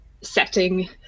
setting